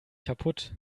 kaputt